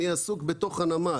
אני עסוק בתוך הנמל.